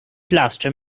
plaster